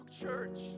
church